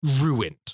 ruined